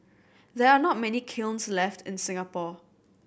there are not many kilns left in Singapore